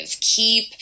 keep